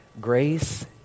Grace